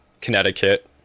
Connecticut